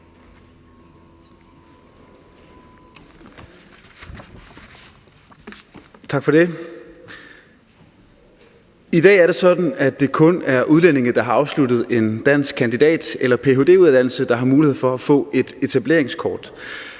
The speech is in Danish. I dag er det sådan, at det kun er udlændinge, der har afsluttet en dansk kandidat- eller ph.d.-uddannelse, der har mulighed for at få et etableringskort.